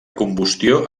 combustió